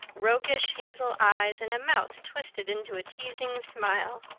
roguish hazel eyes, and a mouth twisted into a teasing smile.